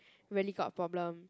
really got problem